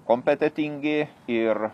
kompetentingi ir